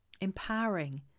empowering